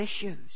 issues